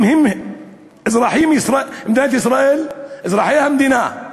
אם מדינת ישראל, אזרחי המדינה,